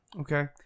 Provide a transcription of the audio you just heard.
Okay